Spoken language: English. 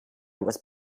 was